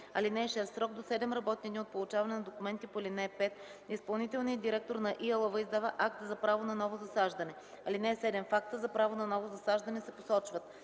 (6) В срок до 7 работни дни от получаване на документите по ал. 5 изпълнителният директор на ИАЛВ издава акт за право на ново засаждане. (7) В акта за право на ново засаждане се посочват: